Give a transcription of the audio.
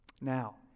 Now